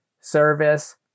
service